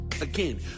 Again